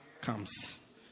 comes